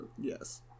Yes